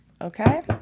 Okay